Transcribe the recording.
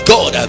God